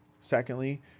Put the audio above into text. Secondly